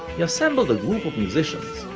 he assembled a group of musicians,